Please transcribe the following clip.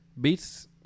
beats